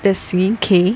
there's singing K